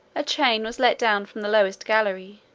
a chain was let down from the lowest gallery,